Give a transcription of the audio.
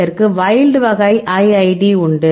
இதற்கு வைல்ட் வகை IID உண்டு